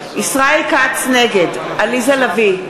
נגד עליזה לביא,